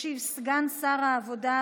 ישיב סגן שר העבודה,